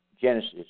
Genesis